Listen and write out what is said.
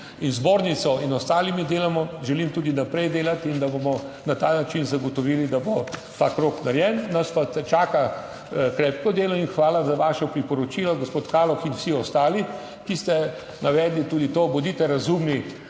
in zbornico in ostalimi delamo, želim tudi naprej delati in da bomo na ta način zagotovili, da bo ta krog narejen. Nas pa čaka krepko delo. In hvala za vaše priporočilo, gospod Kaloh in vsi ostali, ki ste navedli tudi to. Bodite razumni